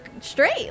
straight